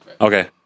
Okay